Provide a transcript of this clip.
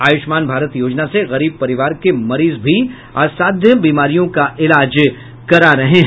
आयुष्मान भारत योजना से गरीब परिवार के मरीज की असाध्य बीमारियों का इलाज करा रहे हैं